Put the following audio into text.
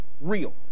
real